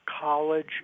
college